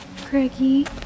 Craigie